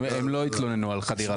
הם לא יתלוננו על חדירה לפרטיות.